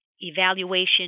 evaluation